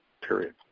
Period